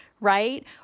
right